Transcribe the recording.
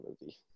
movie